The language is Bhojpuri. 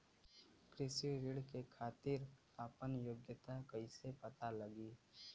कृषि ऋण के खातिर आपन योग्यता कईसे पता लगी?